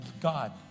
God